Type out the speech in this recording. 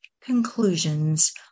conclusions